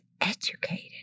educated